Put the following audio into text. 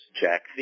Jack